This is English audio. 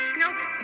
nope